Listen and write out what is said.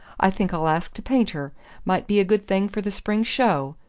i think i'll ask to paint her might be a good thing for the spring show.